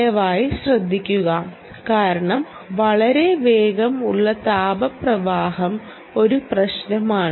ദയവായി ശ്രദ്ധിക്കുക കാരണം വളരെ വേഗം ഉള്ള താപപ്രവാഹം ഒരു പ്രശ്നമാണ്